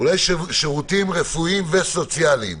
אולי "שירותים רפואיים וסוציאליים",